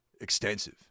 extensive